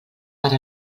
per